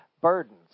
burdens